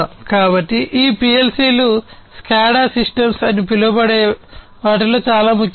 కాబట్టి ఈ PLC లు SCADA సిస్టమ్స్ అని పిలువబడే వాటిలో చాలా ముఖ్యమైనవి